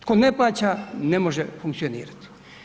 Tko ne plaća, ne može funkcionirati.